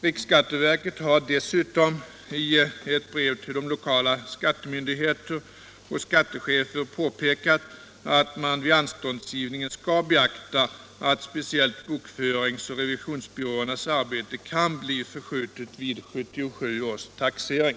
Riksskatteverket har dessutom i ett brev till lokala skattemyndigheter och skattechefer påpekat att man vid anståndsgivningen skall beakta att speciellt bokförings och revisionsbyråernas arbete kan bli förskjutet vid 1977 års taxering.